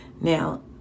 Now